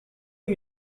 you